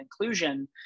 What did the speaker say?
inclusion